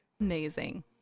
Amazing